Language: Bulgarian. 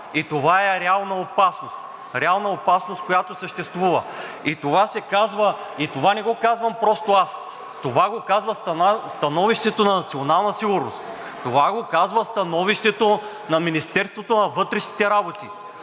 опасност – реална опасност, която съществува. Това не го казвам само аз, това го казва становището на „Национална сигурност“, това го казва становището на Министерството на вътрешните работи.